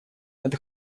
это